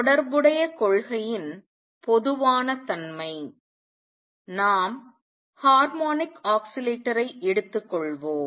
தொடர்புடைய கொள்கையின் பொதுவான தன்மை நாம் ஹார்மோனிக் ஆக்சிலேட்டரை எடுத்துக்கொள்வோம்